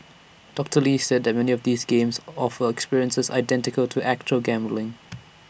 doctor lee said that many of these games offer experiences identical to actual gambling